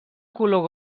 color